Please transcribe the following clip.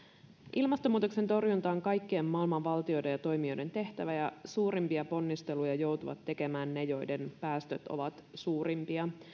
ilmastonmuutoksen torjunta on kaikkien maailman valtioiden ja toimijoiden tehtävä ja suurimpia ponnisteluja joutuvat tekemään ne joiden päästöt ovat suurimpia